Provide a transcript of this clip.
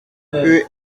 peu